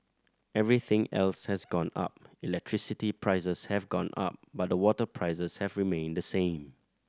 everything else has gone up electricity prices have gone up but the water prices have remained the same